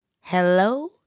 Hello